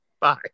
Bye